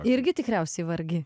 irgi tikriausiai vargiai